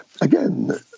again